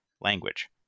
language